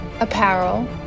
apparel